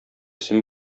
син